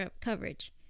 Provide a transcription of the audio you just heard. coverage